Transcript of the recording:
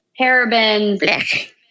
parabens